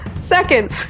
Second